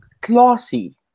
classy